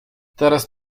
teraz